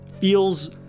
feels